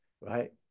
right